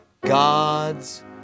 God's